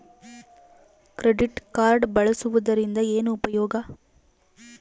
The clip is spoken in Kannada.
ಕ್ರೆಡಿಟ್ ಕಾರ್ಡ್ ಬಳಸುವದರಿಂದ ಏನು ಉಪಯೋಗ?